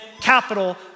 capital